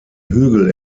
hügel